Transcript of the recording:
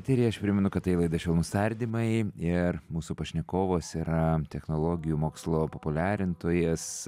tyliai aš primenu kad tai laida švelnūs tardymai ir mūsų pašnekovas yra technologijų mokslo populiarintojas